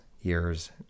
years